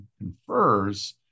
confers